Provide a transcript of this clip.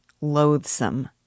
loathsome